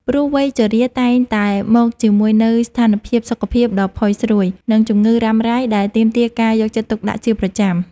ព្រោះវ័យជរាតែងតែមកជាមួយនូវស្ថានភាពសុខភាពដ៏ផុយស្រួយ និងជំងឺរ៉ាំរ៉ៃដែលទាមទារការយកចិត្តទុកដាក់ជាប្រចាំ។